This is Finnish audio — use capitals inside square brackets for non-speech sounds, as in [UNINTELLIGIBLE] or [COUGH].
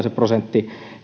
[UNINTELLIGIBLE] se prosentti